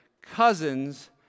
cousins